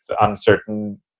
uncertain